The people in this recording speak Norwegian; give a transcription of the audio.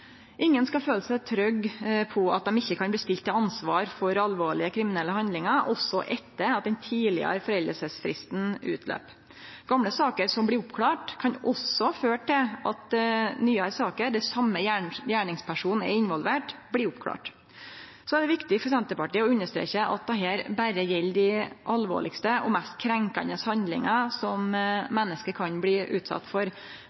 Ingen skal føle seg trygge på at dei ikkje kan bli stilte til ansvar for alvorlege kriminelle handlingar, også etter at den tidlegare foreldingsfristen går ut. Gamle saker som blir klara opp, kan også føre til at nyare saker, der same gjerningsperson er involvert, blir klara opp. Det er viktig for Senterpartiet å understreke at dette berre gjeld dei mest alvorlege og krenkande handlingar som menneske kan bli utsette for.